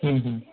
ह्म ह्म